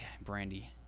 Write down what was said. Brandy